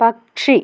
പക്ഷി